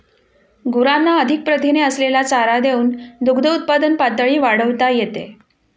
गुरांना अधिक प्रथिने असलेला चारा देऊन दुग्धउत्पादन पातळी वाढवता येते